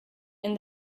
and